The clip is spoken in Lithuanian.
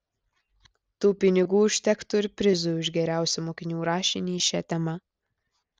tų pinigų užtektų ir prizui už geriausią mokinių rašinį šia tema